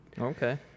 okay